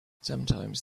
sometimes